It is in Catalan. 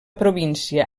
província